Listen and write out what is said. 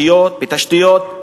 ברשויות, בתשתיות,